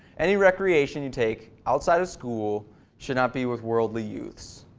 any recreation you take outside of school should not be with worldly youths.